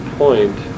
point